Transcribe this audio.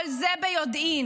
כל זה ביודעין.